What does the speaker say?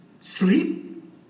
sleep